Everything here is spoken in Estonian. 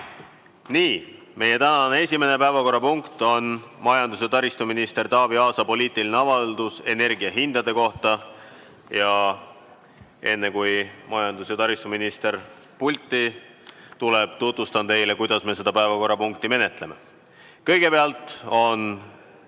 minna. Meie tänane esimene päevakorrapunkt on majandus- ja taristuminister Taavi Aasa poliitiline avaldus energiahindade kohta. Aga enne, kui majandus- ja taristuminister pulti tuleb, tutvustan teile, kuidas me seda päevakorrapunkti menetleme. Kõigepealt on